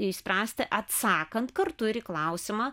išspręsti atsakant kartu ir į klausimą